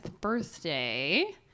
birthday